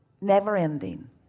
Never-ending